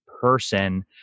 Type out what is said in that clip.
person